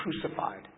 crucified